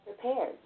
prepared